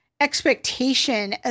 expectation